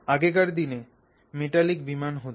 আগেকার দিনে মেটালিক বিমান হোতো